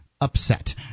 upset